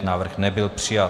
Návrh nebyl přijat.